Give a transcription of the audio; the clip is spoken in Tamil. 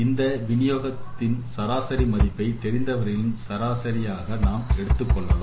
இந்த விநியோகத்தின்சராசரி மதிப்பை தெரிந்தவர்களின் சராசரியாக நாம் எடுத்துக் கொள்வோம்